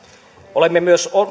olemme myös toistaiseksi